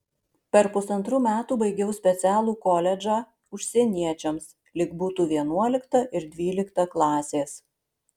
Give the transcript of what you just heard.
per pusantrų metų baigiau specialų koledžą užsieniečiams lyg būtų vienuolikta ir dvylikta klasės